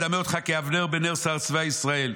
אדַמֶה אותך לאבנר בן נר שר צבא ישראל,